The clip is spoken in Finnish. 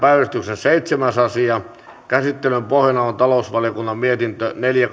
päiväjärjestyksen seitsemäs asia käsittelyn pohjana on talousvaliokunnan mietintö neljä